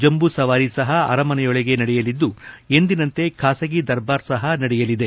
ಜಂಬೂ ಸವಾರಿ ಸಪ ಆರಮನೆಯೊಳಗೆ ನಡೆಯಲಿದ್ದು ಎಂದಿನಂತೆ ಖಾಸಗಿ ದರ್ಬಾರ್ ಸಪ ನಡೆಯಲಿದೆ